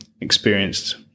experienced